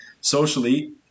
socially